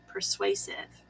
persuasive